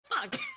Fuck